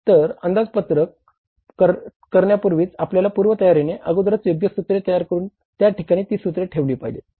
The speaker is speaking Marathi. तर अंदाजपत्रक तयार करण्यापूर्वीच आपल्याला पूर्व तयारीने अगोदरच योग्य सूत्रे तयार करून त्या ठिकाणी ती सूत्रे ठेवली पाहिजेत